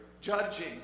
judging